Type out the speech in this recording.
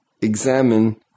examine